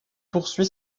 poursuit